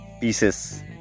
pieces